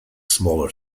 smaller